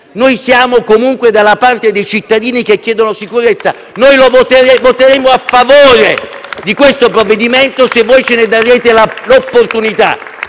siamo comunque dalla parte dei cittadini che chiedono sicurezza e voteremo a favore del provvedimento, se voi ce ne darete l'opportunità.